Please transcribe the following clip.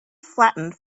flattened